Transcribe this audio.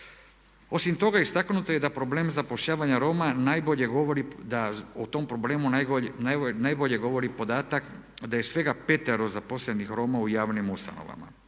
Osim toga, istaknuto je da problem zapošljavanja Roma najbolje govori da o tom problemu najbolje govori podatak da je svega petero zaposlenih Roma u javnim ustanovama.